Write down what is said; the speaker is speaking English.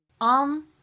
On